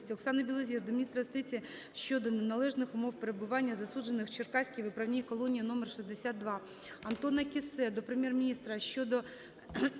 Оксани Білозір до міністра юстиції щодо неналежних умов перебування засуджених в Черкаській виправній колонії №62. Антона Кіссе до Прем'єр-міністра щодо